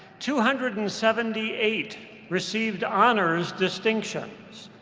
two hundred and seventy eight received honors distinction.